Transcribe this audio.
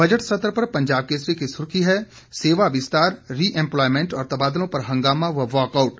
budget सत्र पर पंजाब केसरी की सुर्खी है सेवा विस्तार रि इम्पलाइमेंट और तबादलों पर हंगामा व वाकआउट